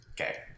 Okay